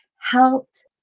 helped